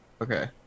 okay